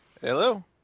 Hello